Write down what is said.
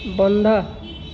বন্ধ